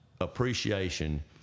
appreciation